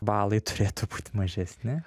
balai turėtų būt mažesni